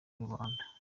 rubanda